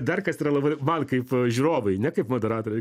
dar kas yra labai man kaip žiūrovui ne kaip moderatoriui